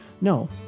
No